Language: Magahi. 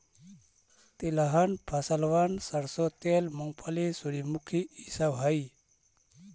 तिलहन फसलबन सरसों तेल, मूंगफली, सूर्यमुखी ई सब हई